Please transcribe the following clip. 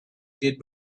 did